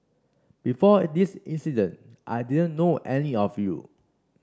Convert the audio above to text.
before this incident I didn't know any of you